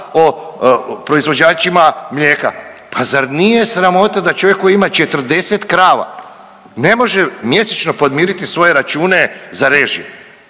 o proizvođačima mlijeka, pa zar nije sramota da čovjek koji ima 40 krava ne može mjesečno podmiriti svoje račune za režije,